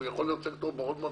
שהוא יכול להיות סקטור מאוד מצליח,